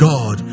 God